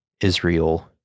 Israel